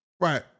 right